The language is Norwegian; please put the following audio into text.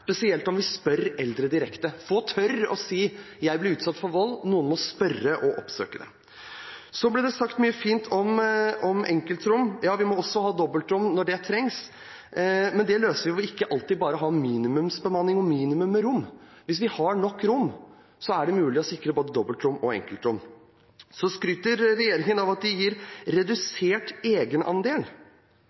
spesielt om vi spør eldre direkte. Få tør å si: Jeg blir utsatt for vold. Noen må spørre og oppsøke. Det ble sagt mye fint om enkeltrom. Ja, vi må også ha dobbeltrom når det trengs, men det løser vi ved ikke alltid bare å ha minimumsbemanning og minimum med rom. Hvis vi har nok rom, er det mulig å sikre både dobbeltrom og enkeltrom. Regjeringen skryter av at den gir redusert egenandel.